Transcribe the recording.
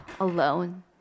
alone